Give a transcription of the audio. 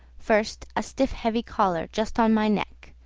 first, a stiff heavy collar just on my neck,